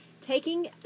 taking